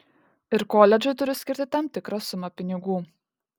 ir koledžui turiu skirti tam tikrą sumą pinigų